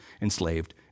enslaved